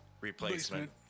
Replacement